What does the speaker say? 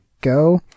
go